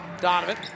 Donovan